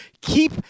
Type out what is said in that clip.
Keep